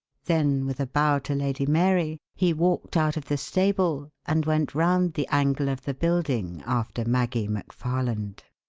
then, with a bow to lady mary, he walked out of the stable and went round the angle of the building after maggie mcfarland.